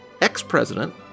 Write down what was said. ex-president